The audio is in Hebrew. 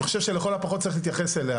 אני חושב שלכל הפחות צריך להתייחס אליה,